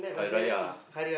Hari-Raya